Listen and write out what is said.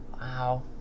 Wow